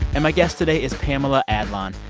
and my guest today is pamela adlon.